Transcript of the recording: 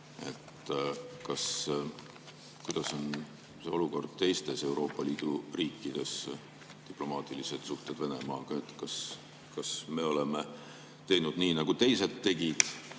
Kuidas on olukord teistes Euroopa Liidu riikides, diplomaatilised suhted Venemaaga? Kas me oleme teinud nii, nagu teised tegid?